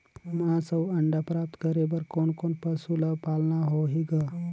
मांस अउ अंडा प्राप्त करे बर कोन कोन पशु ल पालना होही ग?